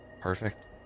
perfect